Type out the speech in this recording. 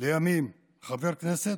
לימים חבר כנסת,